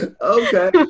Okay